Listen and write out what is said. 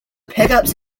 pickups